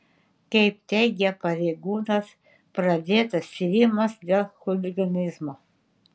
kaip teigia pareigūnas pradėtas tyrimas dėl chuliganizmo